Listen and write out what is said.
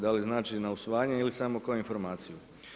Da li znači na usvajanje, ili samo kao informaciju?